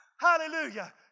Hallelujah